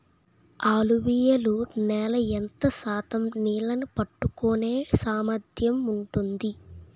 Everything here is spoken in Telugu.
అలువియలు నేల ఎంత శాతం నీళ్ళని పట్టుకొనే సామర్థ్యం ఉంటుంది?